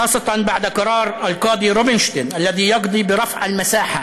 השופט יכול להמיר את עונש המאסר בפועל בעבודה לתועלת הציבור,